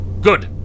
Good